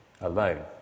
alone